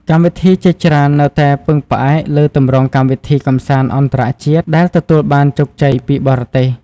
កម្មវិធីជាច្រើននៅតែពឹងផ្អែកលើ ទម្រង់កម្មវិធីកម្សាន្តអន្តរជាតិ ដែលទទួលបានជោគជ័យពីបរទេស។